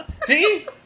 See